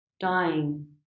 dying